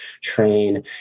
train